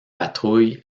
patrouille